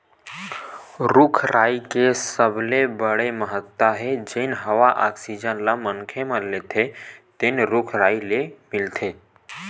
रूख राई के सबले बड़का महत्ता हे जेन हवा आक्सीजन ल मनखे मन लेथे तेन रूख राई ले मिलथे